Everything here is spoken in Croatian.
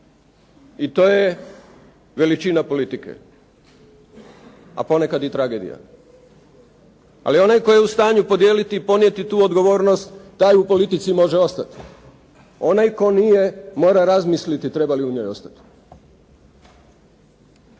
i to je veličina politike, a ponekad i tragedija. Ali onaj tko je u stanju podijeliti i ponijeti tu odgovornost, taj u politici može ostati. Onaj tko nije, mora razmisliti treba li u njoj ostati.